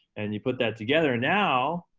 and you put that together, and now,